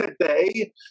today